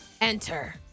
Enter